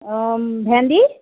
ভেন্দি